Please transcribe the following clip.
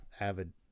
avid